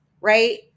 right